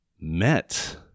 met